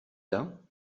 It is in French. d’un